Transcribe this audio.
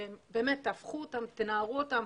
שגם אם תנערו אותם,